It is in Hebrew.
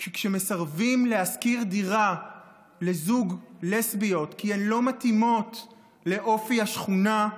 כי כשמסרבים להשכיר דירה לזוג לסביות כי הן לא מתאימות לאופי השכונה,